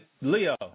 Leo